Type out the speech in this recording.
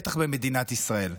בטח במדינת ישראל.